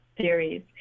series